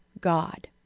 God